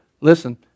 Listen